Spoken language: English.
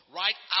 right